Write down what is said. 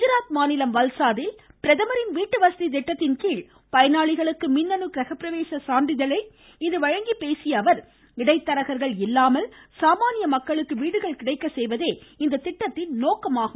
குஜராத் மாநிலம் வல்சாதில் பிரதமர் வீட்டு வசதி திட்டத்தின் கீழ் பயனாளிகளுக்கு மின்னனு கிரகப்பிரவேச சான்றிதழை இன்று வழங்கி பேசிய அவர் இடைத்தரகர்கள் இல்லாமல் சாமானிய மக்களுக்கு வீடுகள் கிடைக்க செய்வதே இத்திட்டத்தின் நோக்கமாகும்